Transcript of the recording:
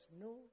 no